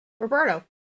roberto